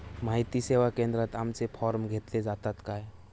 माहिती सेवा केंद्रात आमचे फॉर्म घेतले जातात काय?